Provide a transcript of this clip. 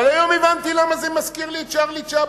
אבל היום הבנתי למה זה מזכיר לי את צ'רלי צ'פלין.